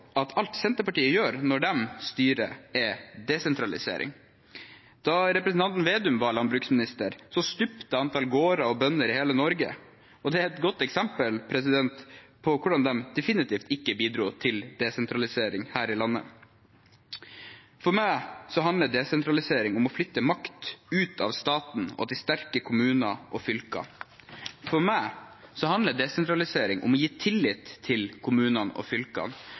at alt Senterpartiet gjør når de styrer, er desentralisering. Da representanten Slagsvold Vedum var landbruksminister, stupte antall gårder og bønder i hele Norge, og det er et godt eksempel på hvordan de definitivt ikke bidro til desentralisering her i landet. For meg handler desentralisering om å flytte makt ut av staten og til sterke kommuner og fylker. For meg handler desentralisering om å gi tillit til kommunene og fylkene.